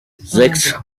sechs